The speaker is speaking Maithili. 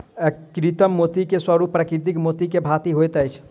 कृत्रिम मोती के स्वरूप प्राकृतिक मोती के भांति होइत अछि